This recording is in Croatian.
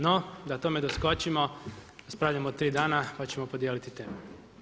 No da tome doskočimo raspravljamo 3 dana pa ćemo podijeliti teme.